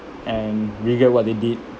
and they get what they did